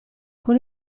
con